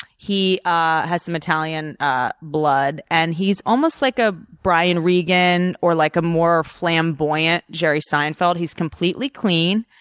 he ah has some italian ah blood. and he's almost like a brian regan, or like a more flamboyant jerry seinfeld. he's completely clean.